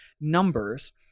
numbers